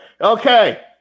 okay